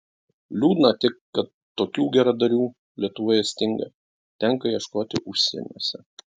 liūdna tik kad tokių geradarių lietuvoje stinga tenka ieškoti užsieniuose